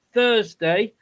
Thursday